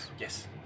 Yes